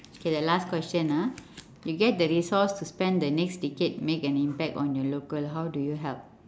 okay the last question ah you get the resource to spend the next decade make an impact on your local how do you help